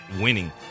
winning